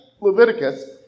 Leviticus